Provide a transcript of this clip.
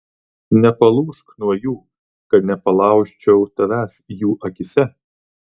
nepalūžk nuo jų kad nepalaužčiau tavęs jų akyse